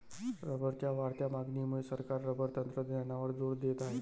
रबरच्या वाढत्या मागणीमुळे सरकार रबर तंत्रज्ञानावर जोर देत आहे